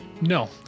no